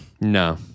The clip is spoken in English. No